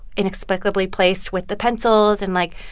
inexplicably placed with the pencils and, like.